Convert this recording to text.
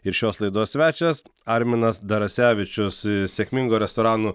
ir šios laidos svečias arminas darasevičius sėkmingo restoranų